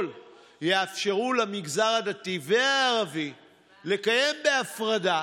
יאפשרו למגזר הדתי והערבי לקיים בהפרדה,